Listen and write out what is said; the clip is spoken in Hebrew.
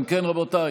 אם כן, רבותיי